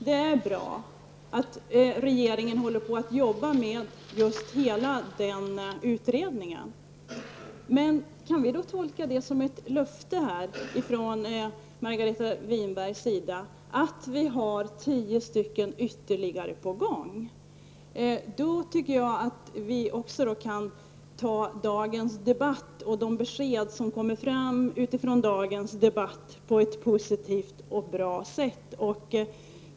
Det är bra att regeringen nu håller på att arbeta med utredningen. Men kan vi tolka det som ett löfte från Margareta Winbergs sida att vi har ytterligare tio på gång? Då tycker jag att vi kan ta dagens debatt och de besked som kommer fram under debatten på ett positivt sätt.